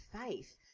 faith